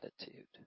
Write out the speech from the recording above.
attitude